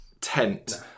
tent